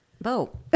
Bo